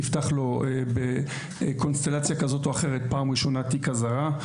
נפתח לו בקונסטלציה כזו או אחרת פעם ראשונה תיק אזהרה.